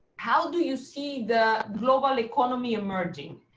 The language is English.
how do you see the global economy emerging?